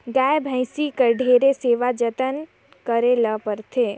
गाय, भइसी के ढेरे सेवा जतन करे ले परथे